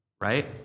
right